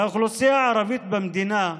לאוכלוסייה הערבית במדינה,